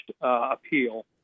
appeal